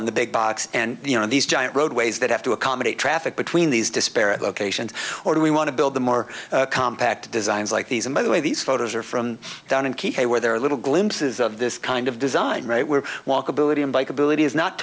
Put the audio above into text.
in the big box and you know these giant roadways that have to accommodate traffic between these disparate locations or do we want to build the more compact designs like these and by the way these photos are from down in key hey where they're a little glimpses of this kind of design right where walkability unbreakability is not